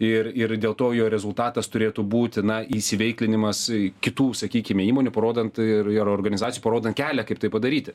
ir ir dėl to jo rezultatas turėtų būti na įsiveiklinimas kitų sakykime įmonių parodant ir ir organizacijų parodant kelią kaip tai padaryti